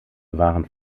waren